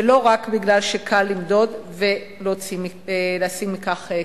ולא רק כי קל למדוד ולהשיג מכך כספים.